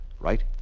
right